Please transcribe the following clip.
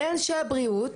מאנשי הבריאות,